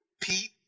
Pete